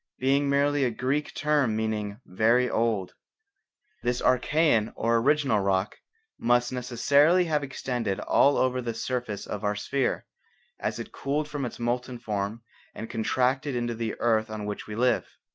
being merely a greek term meaning very old this archaean or original rock must necessarily have extended all over the surface of our sphere as it cooled from its molten form and contracted into the earth on which we live.